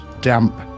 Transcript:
damp